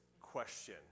question